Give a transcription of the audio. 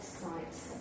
sites